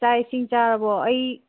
ꯆꯥꯛ ꯏꯁꯤꯡ ꯆꯥꯔꯕꯣ ꯑꯩ